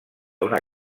una